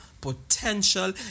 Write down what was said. potential